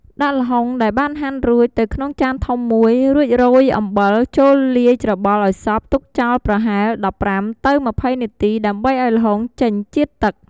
ដាក់ល្ហុងដែលបានហាន់រួចទៅក្នុងចានធំមួយ រួចរោយអំបិលចូលលាយច្របល់ឲ្យសព្វទុកចោលប្រហែល ១៥-២០ នាទីដើម្បីឲ្យល្ហុងចេញជាតិទឹក។